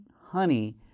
honey